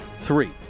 three